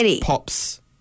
pops